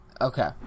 Okay